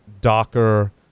Docker